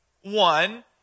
One